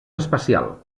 especial